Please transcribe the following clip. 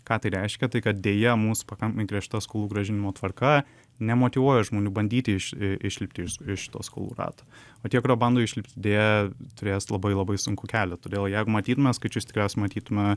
ką reiškia tai kad deja mūsų pakankamai griežta skolų grąžinimo tvarka nemotyvuoja žmonių bandyti iš išlipti iš iš to skolų rato o tie kurie bando išlipti deja turės labai labai sunkų kelią todėl jeigu matytume skaičius tiksriausiai matytume